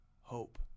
hope